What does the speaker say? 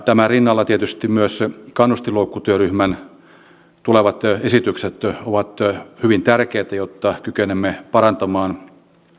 tämän rinnalla tietysti myös kannustinloukkutyöryhmän tulevat esitykset ovat hyvin tärkeitä jotta kykenemme parantamaan